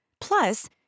Plus